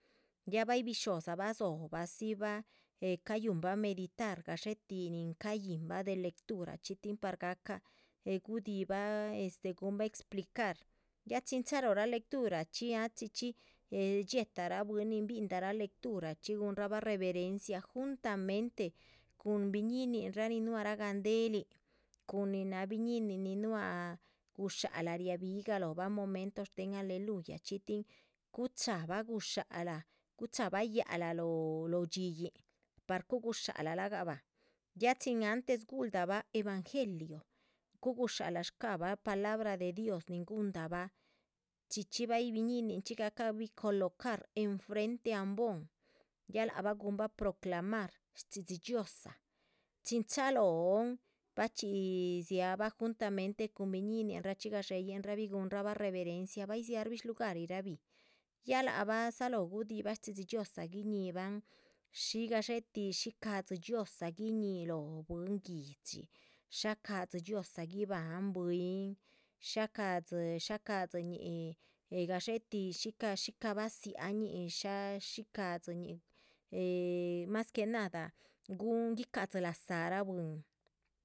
Ya bay bisho´dza bay dzóhoba dzi bah eh cayuhunbah meditar gadxéhe tih ni cayíhinbah de lectura chxí tin par gahca eh gudihibah eh guhunbah explicar, ya chin. chalóhora lectura chxí ya chxí chxí eh dxiéhtarah bwín nin bihildah rah lectura chxí nin rúhunrabah reverencia juntamente cuhun biñíninraa un nuarah gandelihn. cun nin náha biñínin nin nuah gusha´lac, riabigah lóhobah momento shtéhen aleluya, tin gucháhabah gusha´lac, guchahabah yáac´lah lóho dxíyin. par cuhu gusha´lac lagahbah ya chin antes guhuldabah evangelio cuhu gusha´lac shcabah palabra de dios nin guhundabah chxí chxí bay biñininchxí gahca colocar enfrente. ambon ya lac bah guhunbah proclamar shchxidhxi dhxiózaa chin chalóhon bachxí dziábah juntamente cuhun biñininraa chxí gadxéyin rahbi guhunrabih reverencia bahi. rdziarabih shluhugarirabih ya lác bah dzalóho guhudibah shchxídhxi dhxiózaa guiñihiban shí gadxé tih shí cadxi dhxiózaa guiñih lóho bwín guihdxi shá cadxi. dhxiózaa guibahan bwín shá cadzí shá cadzíñi de gadxe tih shí shícah shícah badzíahan ñih shá shish shcádziñih eh mas que nada guhun guicadzi lazárah bwín